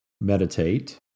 meditate